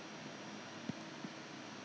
so